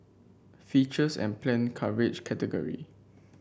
features and planned coverage category